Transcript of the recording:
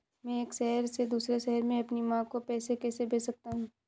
मैं एक शहर से दूसरे शहर में अपनी माँ को पैसे कैसे भेज सकता हूँ?